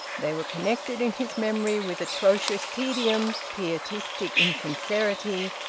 they were connected in his memory with atrocious tedium, pietistic insincerity,